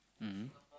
mmhmm